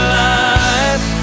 life